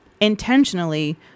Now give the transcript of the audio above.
intentionally